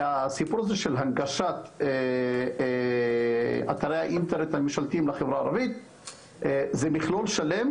נושא הנגשת אתרי האינטרנט הממשלתיים לחברה הערבית זה מכלול שלם,